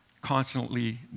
constantly